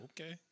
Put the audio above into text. Okay